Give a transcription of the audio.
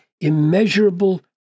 immeasurable